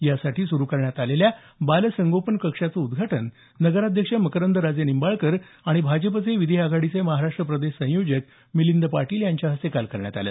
यासाठी सुरू करण्यात आलेल्या बालसंगोपन कक्षाचं उद्घाटन नगराध्यक्ष मकरंद राजेनिंबाळकर आणि भाजपचे विधी आघाडीचे महाराष्ट्र प्रदेश संयोजक मिलिंद पाटील यांच्या हस्ते काल करण्यात आलं